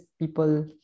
people